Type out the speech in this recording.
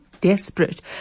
desperate